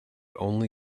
only